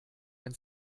ein